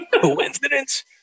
Coincidence